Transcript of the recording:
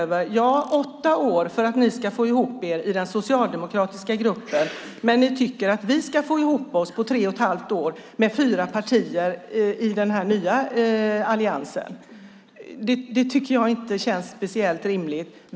Det har tagit åtta år att få ihop er i den socialdemokratiska gruppen, men ni tycker att vi ska få ihop oss på tre och ett halvt år med fyra partier i den nya alliansen. Det tycker jag inte känns speciellt rimligt.